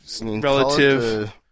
relative